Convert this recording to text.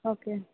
okay